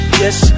yes